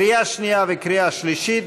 קריאה שנייה וקריאה שלישית.